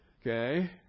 Okay